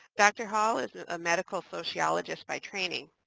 dr. hall is a medical sociologist by training.